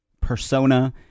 persona